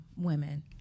women